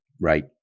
right